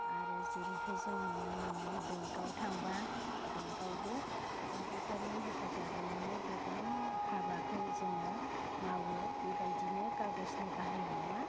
आरो जेरैहाय जों नुनो मोनो बैंक आव थाबा बैंक आवबो कम्पिउटार नि हेफाजाबैनो गोबां हाबाखौ जोङो मावो बे बायदिनो खागसनि बाहायनाया